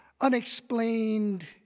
unexplained